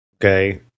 okay